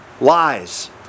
lies